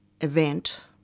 event